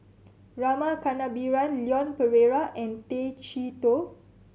Rama Kannabiran Leon Perera and Tay Chee Toh